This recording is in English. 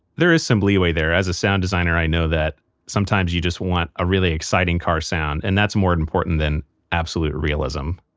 there is some leeway there. as a sound designer, i know that sometimes you just want a really exciting car sound. and that's that's more important than absolute realism